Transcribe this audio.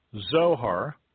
Zohar